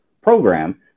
program